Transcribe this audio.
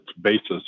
basis